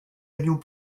avions